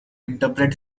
interpret